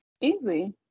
Easy